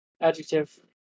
Adjective